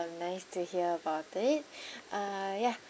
nice to hear about it uh ya